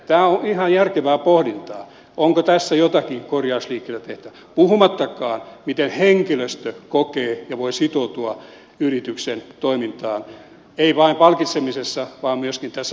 tämä on ihan järkevää pohdintaa onko tässä jotakin korjausliikkeitä tehtävä puhumattakaan siitä miten henkilöstö kokee ja voi sitoutua yrityksen toimintaan ei vain palkitsemisessa vaan myöskin osallisuudessa